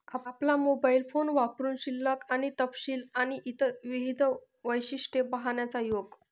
आपला mobile phone वापरुन शिल्लक आणि तपशील आणि इतर विविध वैशिष्ट्ये पाहण्याचा योग